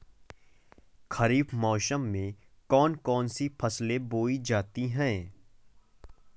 खरीफ मौसम में कौन कौन सी फसलें बोई जाती हैं?